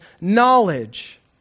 knowledge